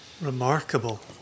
Remarkable